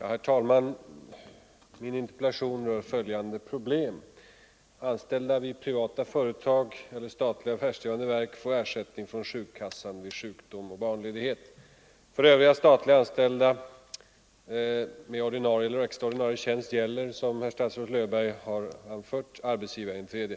Herr talman! Min interpellation rör följande: Anställda vid privata företag eller statliga affärsdrivande verk får ersättning från sjukkassan vid sjukdom och barnledighet. För övriga statligt anställda med ordinarie eller extra ordinarie tjänst gäller, som herr statsrådet Löfberg har anfört, arbetsgivarinträde,